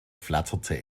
flatterte